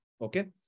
Okay